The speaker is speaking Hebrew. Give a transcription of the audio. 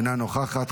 אינה נוכחת,